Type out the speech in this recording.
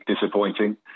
disappointing